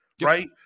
right